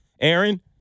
Aaron